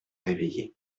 réveillée